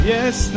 Yes